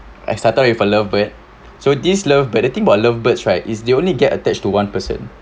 I started with a love bird so this love but the thing about love birds right is the only get attached to one person